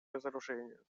разоружению